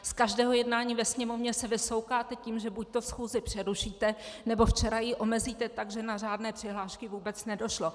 Z každého jednání ve Sněmovně se vysoukáte tím, že buďto schůzi přerušíte, nebo včera ji omezíte tak, že na řádné přihlášky vůbec nedošlo.